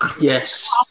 Yes